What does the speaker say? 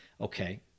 okay